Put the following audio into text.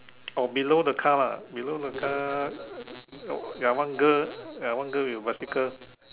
or below the car lah below the car ya one girl ya one girl with a bicycle